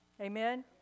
Amen